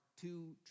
two